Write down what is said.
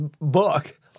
book